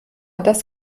das